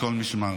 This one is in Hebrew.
מכל משמר.